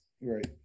Right